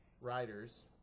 riders